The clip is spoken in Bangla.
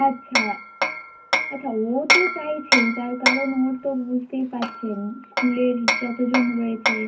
আচ্ছা আচ্ছা ও তো চাইছেই তার কারণ ওর তো বুঝতেই পারছেন স্কুলের যতজন রয়েছে